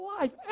life